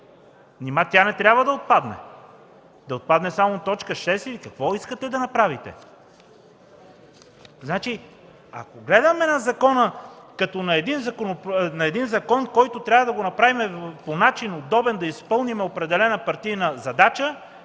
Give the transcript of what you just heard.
тя не трябва да отпадне? Да отпадне само т. 6 или какво искате да направите? Ако гледаме на закона като на един закон, който трябва да го направим по начин, удобен да изпълним определена партийна задача,